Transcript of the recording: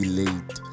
late